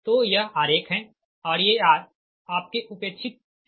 तो यह आरेख है और ये 'r' आपके उपेक्षित है